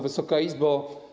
Wysoka Izbo!